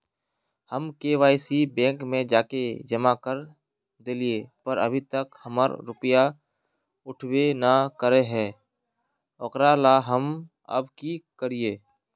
हम KYC bank में जाके जमा कर देलिए पर अभी तक हमर रुपया उठबे न करे है ओकरा ला हम अब की करिए?